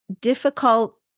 difficult